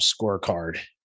scorecard